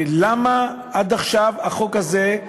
למה עד עכשיו החוק הזה,